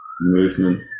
movement